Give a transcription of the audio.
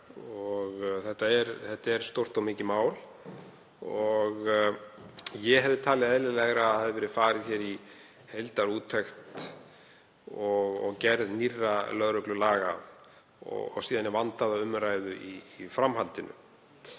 Þetta er stórt og mikið mál og ég hefði talið eðlilegra að farið hefði verið í heildarúttekt við gerð nýrra lögreglulaga og síðan í vandaða umræðu í framhaldinu.